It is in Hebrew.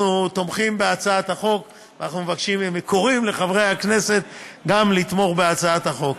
אנחנו תומכים בהצעת החוק וקוראים לחברי הכנסת גם כן לתמוך בהצעת החוק.